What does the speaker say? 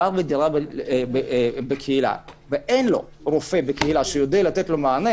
גר בדירה בקהילה ואין לו רופא בקהילה שיודע לתת לו מענה